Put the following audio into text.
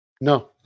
No